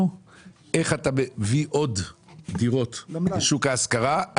איך אתה מביא עוד דירות לשוק ההשכרה,